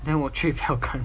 then 我去票开